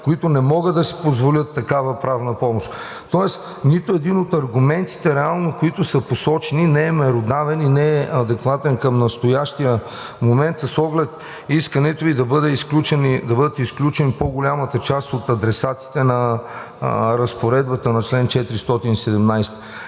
които не могат да си позволят такава правна помощ. Тоест реално нито един от аргументите, които са посочени, не е меродавен и не е адекватен към настоящия момент с оглед искането да бъдат изключени по-голямата част от адресатите по Разпоредбата на чл. 417.